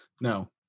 No